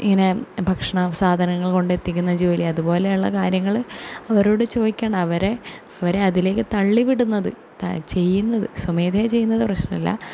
ഇങ്ങനെ ഭക്ഷണ സാധനങ്ങൾ കൊണ്ടെത്തിക്കുന്ന ജോലി അതുപോലെ ഉള്ള കാര്യങ്ങൾ അവരോട് ചോദിക്കാണ്ട് അവരെ അവരെ അതിലേക്ക് തള്ളി വിടുന്നത് ത ചെയ്യുന്നത് സ്വമേധയാ ചെയ്യുന്നത് പ്രശ്നമല്ല